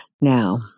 Now